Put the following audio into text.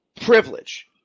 privilege